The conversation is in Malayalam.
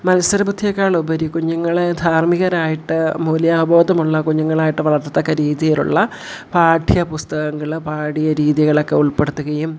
മത്സര ബുദ്ധിയേക്കാളുപരി കുഞ്ഞുങ്ങളേ ധാർമ്മികരായിട്ട് മൂല്യബോധമുള്ള കുഞ്ഞുങ്ങളായിട്ട് വളർത്തുകയൊക്കെ രീതിയിലുള്ള പാഠ്യ പുസ്തകങ്ങൾ പാഠ്യ രീതികളൊക്കെ ഉൾപ്പെടുത്തുകയും